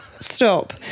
stop